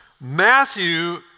Matthew